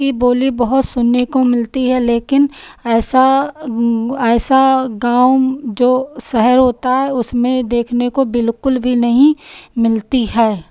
की बोली बहुत सुनने को मिलती है लेकिन ऐसा ऐसा गाँव जो शहर होता है उसमें देखने को बिल्कुल भी नहीं मिलती है